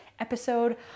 episode